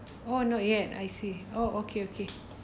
oh not yet I see oh okay okay